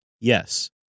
Yes